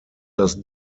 das